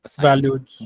valued